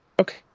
Okay